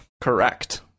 Correct